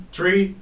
Three